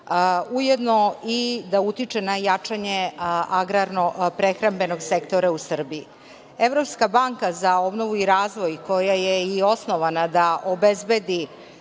ujedno i da utiče na jačanje agrarno-prehrambenog sektora u Srbiji. Evropska banka za obnovu i razvoj koja i osnovana da obezbedi